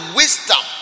wisdom